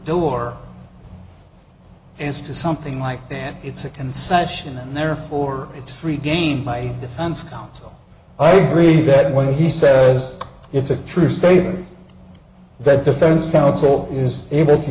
door is to something like that it's a concession and therefore it's free game my defense counsel i agree that when he says it's a true statement that defense counsel is able to